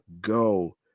go